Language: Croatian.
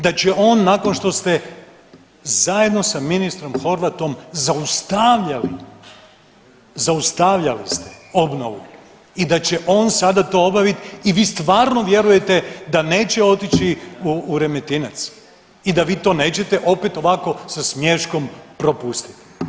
Da će on, nakon što ste zajedno sa ministrom Horvatom zaustavljali, zaustavljali ste obnovu i da će on sada to obaviti i stvarno vjerujete da neće otići u Remetinec i da vi to nećete opet ovako sa smiješkom propustiti?